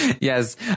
yes